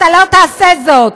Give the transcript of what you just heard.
אתה לא תעשה זאת,